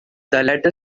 letter